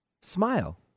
smile